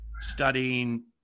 studying